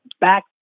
back